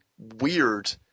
Weird